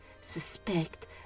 suspect